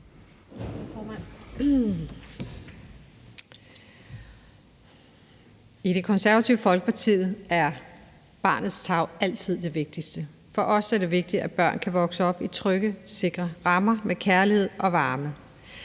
I Det Konservative Folkeparti er barnets tarv altid det vigtigste. For os er det vigtigt, at børn kan vokse op i trygge, sikre rammer med kærlighed og varme.